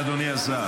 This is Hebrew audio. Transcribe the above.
תודה רבה, אדוני השר.